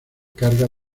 carga